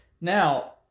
Now